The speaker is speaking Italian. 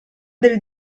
del